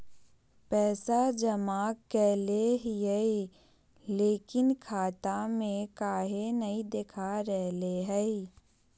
पैसा जमा कैले हिअई, लेकिन खाता में काहे नई देखा रहले हई?